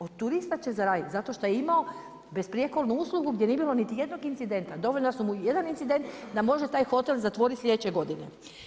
Od turista će zaraditi, zato šta je imao besprijekornu uslugu gdje nije bilo niti jednog incidenta, dovoljan mu je jedan incident da može taj hotel zatvorit sljedeće godine.